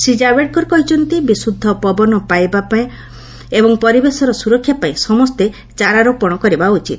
ଶ୍ରୀ ଜାବ୍ଡେକର କହିଛନ୍ତି ବିଶୁଦ୍ଧ ପବନ ପାଇବା ଏବଂ ପରିବେଶର ସୁରକ୍ଷାପାଇଁ ସମସ୍ତେ ଚାରାରୋପଣ କରିବା ଉଚିତ